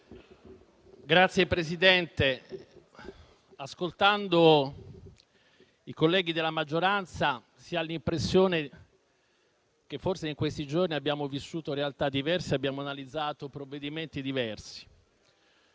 Signor Presidente, ascoltando i colleghi della maggioranza si ha l'impressione che forse in questi giorni abbiamo vissuto realtà diverse e analizzato provvedimenti diversi.